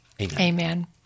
Amen